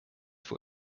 for